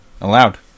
allowed